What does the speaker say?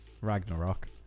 Ragnarok